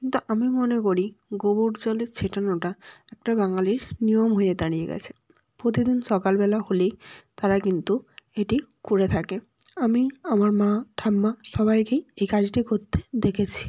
কিন্তু আমি মনে করি গোবর জলের ছেটানোটা একটা বাঙালির নিয়ম হয়ে দাঁড়িয়ে গেছে প্রতিদিন সকালবেলা হলেই তারা কিন্তু এটি করে থাকে আমি আমার মা ঠাম্মা সবাইকে এ কাজটি করতে দেখেছি